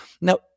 Now